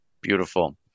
Beautiful